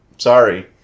sorry